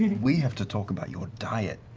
we have to talk about your diet.